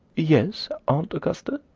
yes, aunt augusta.